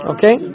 Okay